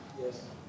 Yes